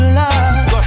love